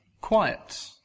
quiet